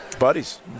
Buddies